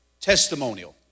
testimonial